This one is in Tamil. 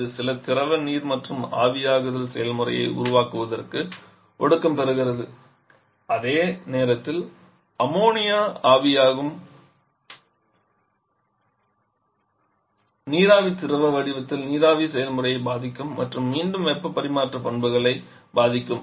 இது சில திரவ நீர் மற்றும் ஆவியாகுதல் செயல்முறையை உருவாக்குவதற்கு ஒடுக்கம் பெறுகிறது அதே நேரத்தில் அம்மோனியா ஆவியாகும் நீராவி திரவ வடிவத்தில் நீராவி செயல்முறையை பாதிக்கும் மற்றும் மீண்டும் வெப்ப பரிமாற்ற பண்புகளை பாதிக்கும்